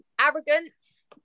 arrogance